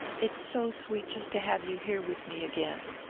it's so sweet just to have you here with me again.